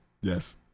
yes